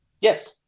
Yes